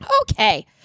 Okay